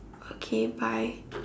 okay bye